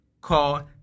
called